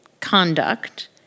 conduct